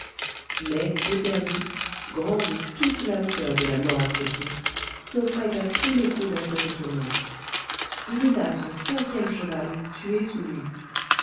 ney éperdu grand de toute la hauteur de la mort acceptée s'offrait à tous les coups dans cette tourmente il eut là son cinquième cheval tué sous lui